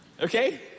Okay